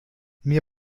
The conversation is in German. mir